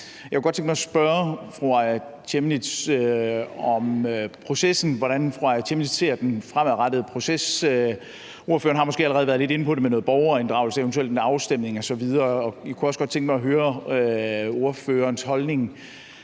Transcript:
Jeg kunne godt tænke mig at spørge fru Aaja Chemnitz om processen, altså hvordan fru Aaja Chemnitz ser den fremadrettede proces. Ordføreren har måske allerede været lidt inde på det med noget borgerinddragelse, eventuelt en afstemning osv. Jeg kunne også godt tænke mig at høre ordførerens holdning